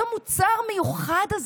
אותו מוצר מיוחד,